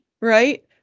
right